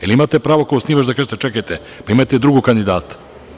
Da li imate pravo kao osnivač da kažete – čekajte, pa imate i drugog kandidata.